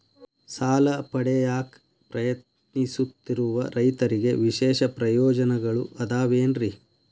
ಸಾಲ ಪಡೆಯಾಕ್ ಪ್ರಯತ್ನಿಸುತ್ತಿರುವ ರೈತರಿಗೆ ವಿಶೇಷ ಪ್ರಯೋಜನಗಳು ಅದಾವೇನ್ರಿ?